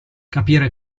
capire